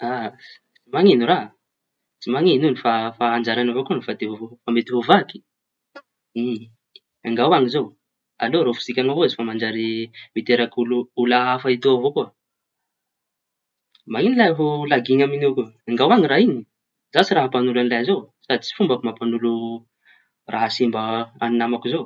Tsy mañino raha, tsy mañino iñy efa fa anjarañy avao koa no fa te ho vaky ma engao añy zao angao fa raofisiky avao izy. Fa manjary miteraky olaña hafa etaô avao koa. Mañino lahy lagiñy am'nio koa angao añy raha iñy za tsy raha; za tsy raha mampañolo iñy raha zaho. sady tsy fombako mampañolo raha simba namako izao.